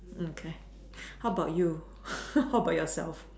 look how about you how about yourself